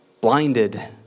blinded